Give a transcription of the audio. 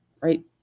right